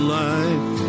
life